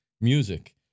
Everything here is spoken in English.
music